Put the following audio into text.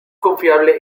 confiable